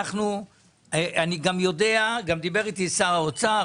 לאומדן מדויק ולכן אנחנו לא יכולים להתייחס.